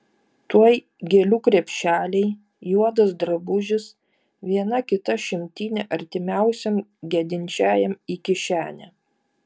tuoj gėlių krepšeliai juodas drabužis viena kita šimtinė artimiausiam gedinčiajam į kišenę